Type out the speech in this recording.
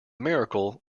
miracle